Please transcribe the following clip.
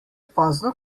pozno